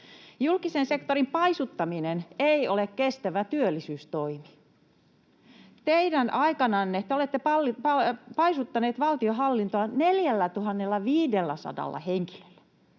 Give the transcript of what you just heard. Julkisen sektorin paisuttaminen ei ole kestävä työllisyystoimi. Te olette teidän aikananne paisuttaneet valtionhallintoa 4 500 henkilöllä,